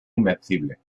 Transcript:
invencible